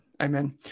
Amen